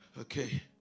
okay